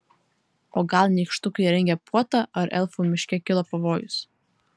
o gal nykštukai rengia puotą ar elfų miške kilo pavojus